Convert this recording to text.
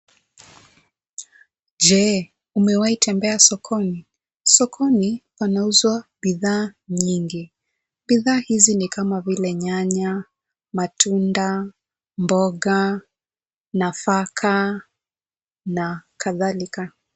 Je, umewahi tembea sokoni? sokoni panauzwa bidhaa nyingi, bidhaa hizi ni kama vile nyanya, matunda, mboga, nafaka na kadhalika.